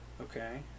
Okay